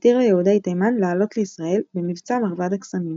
התיר ליהודי תימן לעלות לישראל במבצע מרבד הקסמים.